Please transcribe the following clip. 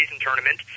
tournament